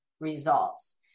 results